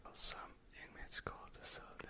some inmates call the cell